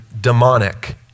demonic